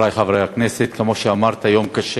חברי חברי הכנסת, כמו שאמרת, יום קשה